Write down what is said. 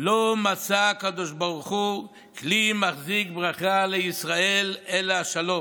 לא מצא הקדוש ברוך הוא כלי מחזיק ברכה לישראל אלא השלום".